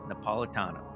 Napolitano